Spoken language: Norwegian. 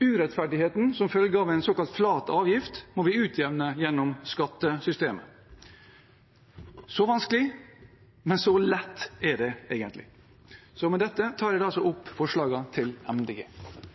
Urettferdigheten som følge av en såkalt flat avgift må vi utjevne gjennom skattesystemet. Så vanskelig – men så lett er det egentlig. Med dette tar jeg opp forslagene til Miljøpartiet De Grønne. Representanten Per Espen Stoknes har tatt opp